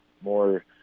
more